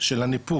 של הניפוק,